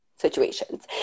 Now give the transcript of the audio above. situations